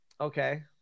Okay